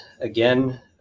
again